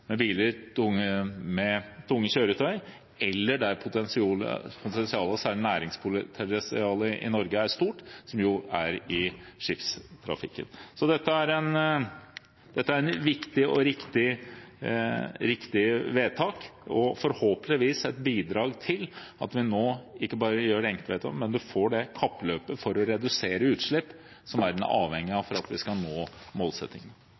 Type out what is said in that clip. med tunge kjøretøy, eller det er næringspotensialet, som i Norge er stort, slik det jo er i skipstrafikken. Så dette er viktige og riktige vedtak og forhåpentligvis et bidrag til at vi nå ikke bare gjør enkeltvedtak, men at en får det kappløpet for å redusere utslipp som en er avhengig av for å nå